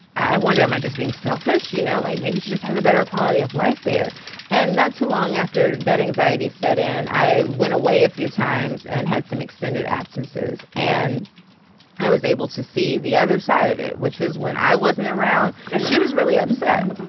i wonder am i just being selfish you know like maybe she just has a better quality of life there and not too long after that anxiety set in. i went away a few times and had some extended absences and i was able to see the other side of it which was when i wasn't around. she was really upset.